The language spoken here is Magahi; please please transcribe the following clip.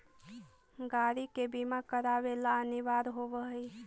गाड़ि के बीमा करावे ला अनिवार्य होवऽ हई